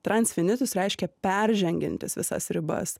trans finitus reiškia peržengiantis visas ribas